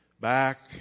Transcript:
back